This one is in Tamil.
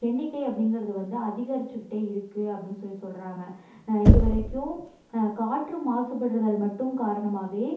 எண்ணிக்கை அப்படிங்கிறது வந்து அதிகரித்துகிட்டே இருக்குது அப்படின்னு சொல்லி சொல்கிறாங்க இது வரைக்கும் காற்று மாசுபடுதல் மட்டும் காரணமாகவே